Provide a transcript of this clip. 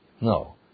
No